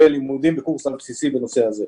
ולימודים בקורס בנושא הזה,